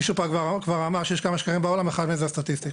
מישהו פעם כבר אמר שיש כמה שקרים בעולם ואחד מהם זה הסטטיסטיקה